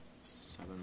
Seven